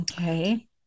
okay